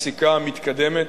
פסיקה מתקדמת.